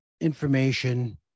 information